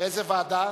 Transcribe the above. באיזו ועדה?